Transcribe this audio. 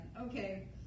Okay